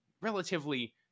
relatively